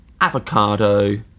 avocado